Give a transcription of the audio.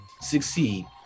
succeed